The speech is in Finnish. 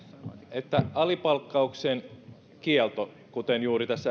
että alipalkkauksen kielto kuten juuri tässä